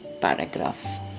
paragraph